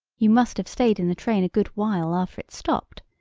you must have stayed in the train a good while after it stopped!